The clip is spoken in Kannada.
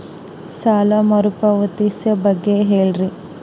ಸಾಲ ಮರುಪಾವತಿ ಬಗ್ಗೆ ಹೇಳ್ರಿ?